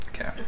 okay